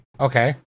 Okay